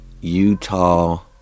Utah